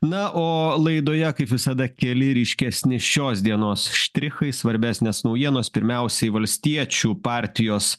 na o laidoje kaip visada keli ryškesni šios dienos štrichai svarbesnės naujienos pirmiausiai valstiečių partijos